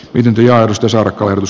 pidempi avustuserä koerus